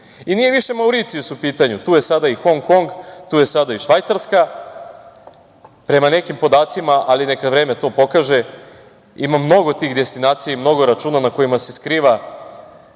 Nije više Mauricijus u pitanju. Tu je sada i Hong Kong, tu je sada i Švajcarska. Prema nekim podacima, ali neka vreme to pokaže, imamo mnogo tih destinacija i mnogo računa kojima se skriva,